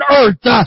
earth